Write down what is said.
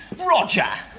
roger.